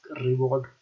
reward